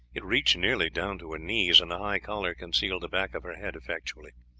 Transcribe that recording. it reached nearly down to her knees, and the high collar concealed the back of her head effectually.